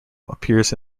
appears